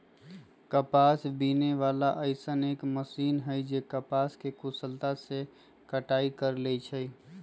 कपास बीने वाला अइसन एक मशीन है जे कपास के कुशलता से कटाई कर लेई छई